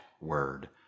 word